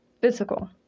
physical